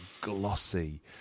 glossy